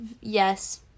yes